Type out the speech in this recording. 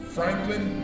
Franklin